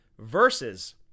Versus